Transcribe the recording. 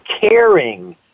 caring